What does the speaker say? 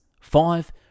Five